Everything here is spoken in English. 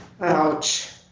Ouch